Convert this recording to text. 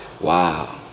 wow